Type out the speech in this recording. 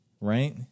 Right